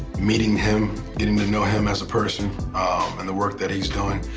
meeting him, getting to know him as a person and the work that he is doing,